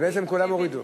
בעצם כולם הורידו.